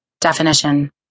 Definition